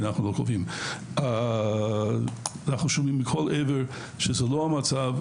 אנחנו שומעים מכל עבר שזה לא המצב,